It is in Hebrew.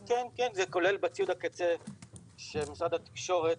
כן, כן, זה כולל בציוד הקצה שמשרד התקשורת